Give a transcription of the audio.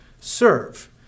serve